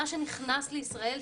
מה שנכנס לישראל,